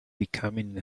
becoming